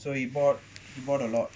so he bought he bought a lot